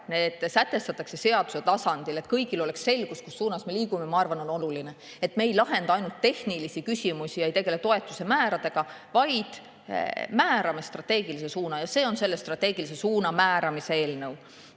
need sätestatakse seaduse tasandil, et kõigil oleks selgus, kus suunas me liigume, ma arvan, on oluline. Me ei lahenda ainult tehnilisi küsimusi ja ei tegele toetuste määradega, vaid määrame strateegilise suuna. See on selle strateegilise suuna määramise eelnõu. Nii